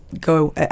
go